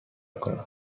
کنم